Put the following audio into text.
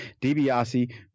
DiBiase